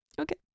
Okay